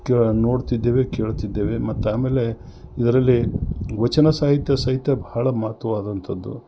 ಕೇಳಿ ನೋಡ್ತಿದ್ದೇವೆ ಕೇಳ್ತಿದ್ದೇವೆ ಮತ್ತು ಆಮೇಲೆ ಇದರಲ್ಲಿ ವಚನ ಸಾಹಿತ್ಯ ಸಹಿತ ಬಹಳ ಮಹತ್ವವಾದಂಥದ್ದು